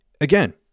Again